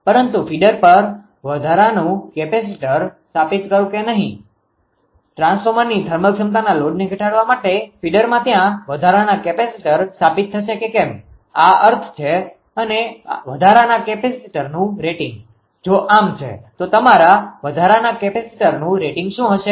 પરંતુ ફીડર પર વધારાનું કેપેસિટર સ્થાપિત કરવું કે નહીં ટ્રાન્સફોર્મરની થર્મલ ક્ષમતાના લોડને ઘટાડવા માટે ફીડરમાં ત્યાં વધારાના કેપેસિટર સ્થાપિત થશે કે કેમ આ અર્થ છે અને વધારાના કેપેસિટરનું રેટિંગ જો આમ છે તો તમારા વધારાના કેપેસિટરનું રેટિંગ શું હશે